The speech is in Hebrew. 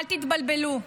אל תתבלבלו,